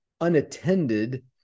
unattended